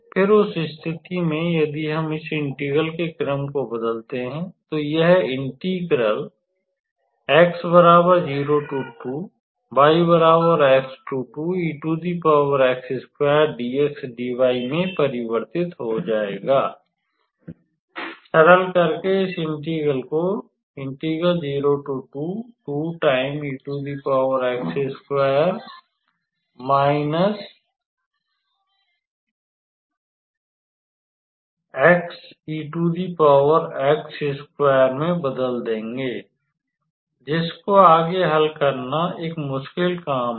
फिर उस स्थिति में यदि हम इस इंटीग्रल के क्रम को बदलते हैं तो यह इंटीग्रल में परिवर्तित हो जाएगा सरल करके इस इंटीग्रल को में बदल देंगे जिसको आगे हल करना एक मुश्किल काम है